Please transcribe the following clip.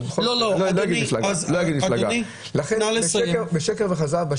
ולא אגיד מאיזו מפלגה זה שקר וכזב,